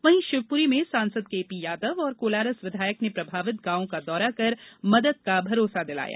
वहीं शिवपुरी में सांसद केपी यादव और कोलारस विधायक ने प्रभावित गॉवों का दौरा कर मदद का भरोसा दिलाया